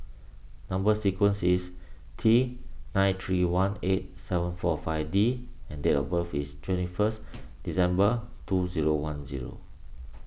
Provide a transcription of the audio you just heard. Number Sequence is T nine three one eight seven four five D and date of birth is twenty first December two zero one zero